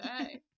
Okay